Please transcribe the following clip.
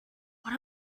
what